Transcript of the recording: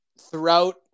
throughout